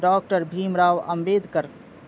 doctor Bhim Rao Ambedkar